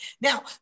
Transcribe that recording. now